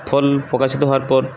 ফল প্রকাশিত হওয়ার পর